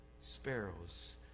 sparrows